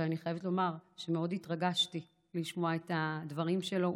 ואני חייבת לומר שמאוד התרגשתי לשמוע את הדברים שלו.